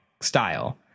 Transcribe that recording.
style